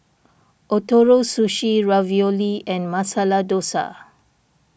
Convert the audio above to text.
Ootoro Sushi Ravioli and Masala Dosa